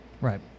Right